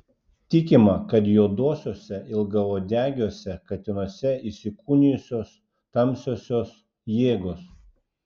tikima kad juoduosiuose ilgauodegiuose katinuose įsikūnijusios tamsiosios jėgos